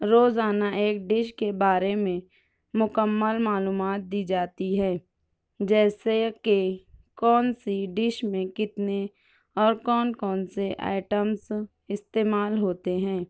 روزانہ ایک ڈش کے بارے میں مکمل معلومات دی جاتی ہے جیسے کہ کون سی ڈش میں کتنے اور کون کون سے آئٹمس استعمال ہوتے ہیں